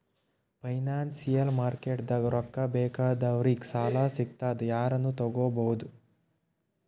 financial ಮಾರ್ಕೆಟ್ದಾಗ್ ರೊಕ್ಕಾ ಬೇಕಾದವ್ರಿಗ್ ಸಾಲ ಸಿಗ್ತದ್ ಯಾರನು ತಗೋಬಹುದ್